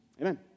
amen